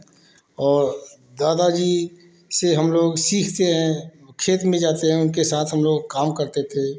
और दादाजी से हम लोग सीखते हैं खेत में जाते हैं उनके साथ हम लोग काम करते थे